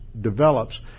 develops